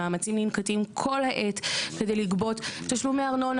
מאמצים ננקטים כל העת כדי לגבות תשלומי ארנונה,